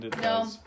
No